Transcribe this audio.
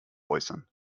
äußern